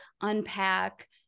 unpack